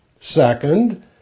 Second